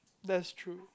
that's true